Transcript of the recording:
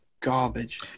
Garbage